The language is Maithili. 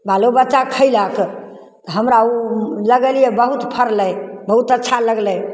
बालो बच्चा खएलक हमरा ओ लगेलिए बहुत फड़लै बहुत अच्छा लगलै